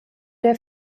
der